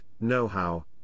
know-how